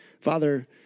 Father